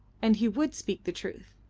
and he would speak the truth.